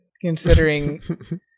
considering